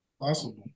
Possible